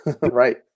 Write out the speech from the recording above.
Right